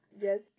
Yes